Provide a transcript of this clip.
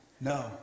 No